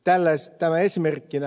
tämä esimerkkinä